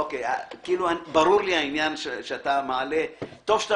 אורות: בלילה כשיש ערפל וגשם כבד ואפוס זוהר.